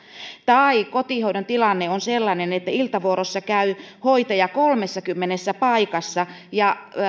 tai kotihoidon tilanne on sellainen että iltavuorossa käy hoitaja kolmessakymmenessä paikassa ja